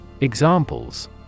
Examples